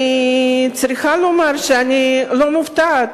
אני צריכה לומר שאני לא מופתעת